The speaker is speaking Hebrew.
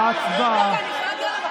ההצבעה.